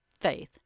Faith